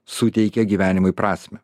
suteikia gyvenimui prasmę